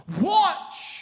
Watch